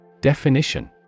Definition